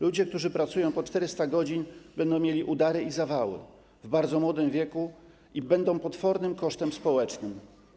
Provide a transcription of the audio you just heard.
Ludzie, którzy pracują po 400 godzin, będą mieli udary i zawały w bardzo młodym wieku i będą potwornym kosztem społecznym.